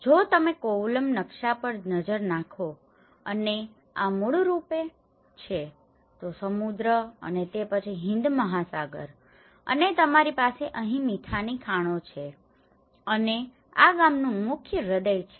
જો તમે કોવલમ નકશા પર નજર નાખો અને આ મૂળરૂપે છે તો સમુદ્ર અને તે પછી હિંદ મહાસાગર અને તમારી પાસે અહીં મીઠાની ખાણો છે અને આ ગામનું મુખ્ય હૃદય છે